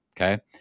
Okay